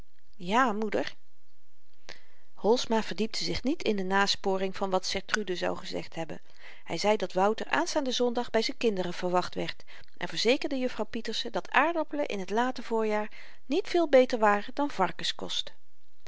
ja moeder holsma verdiepte zich niet in de nasporing van wat sertrude zou gezegd hebben hy zei dat wouter aanstaanden zondag by z'n kinderen verwacht werd en verzekerde juffrouw pieterse dat aardappelen in t late voorjaar niet veel beter waren dan